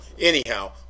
anyhow